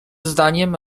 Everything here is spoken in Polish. zdaniem